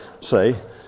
say